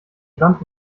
wampe